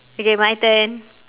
okay my turn